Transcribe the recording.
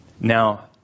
now